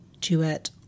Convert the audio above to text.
duet